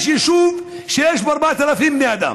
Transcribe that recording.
יש יישוב שיש בו 4,000 בני אדם.